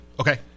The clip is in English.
Okay